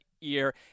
year